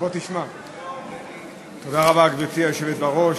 גברתי היושבת בראש,